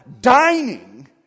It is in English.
dining